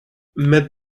met